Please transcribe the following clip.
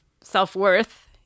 self-worth